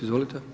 Izvolite.